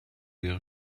wäre